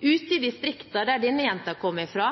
Ute i distriktene, der denne jenta kom fra,